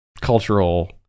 cultural